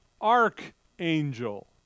Archangel